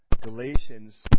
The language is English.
Galatians